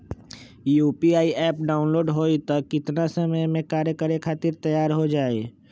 UPI app download होई त कितना समय मे कार्य करे खातीर तैयार हो जाई?